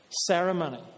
ceremony